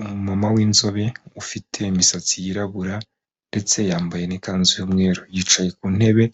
Umumama w'inzobe ufite imisatsi yirabura ndetse yambaye n'ikanzu y'umweru, yicaye ku ntebe,